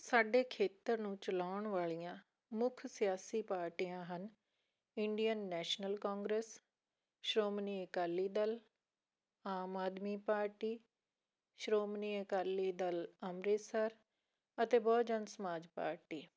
ਸਾਡੇ ਖੇਤਰ ਨੂੰ ਚਲਾਉਣ ਵਾਲੀਆਂ ਮੁੱਖ ਸਿਆਸੀ ਪਾਰਟੀਆਂ ਹਨ Indian National Congress Shiromani Akali Dal Aam Aadmi party Shiromani Akali Dal Amritsar ਅਤੇ ਬਹੁਜਨ ਸਮਾਜ ਪਾਰਟੀ